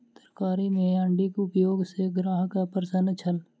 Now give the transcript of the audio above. तरकारी में अण्डीक उपयोग सॅ ग्राहक अप्रसन्न छल